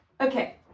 okay